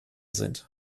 sind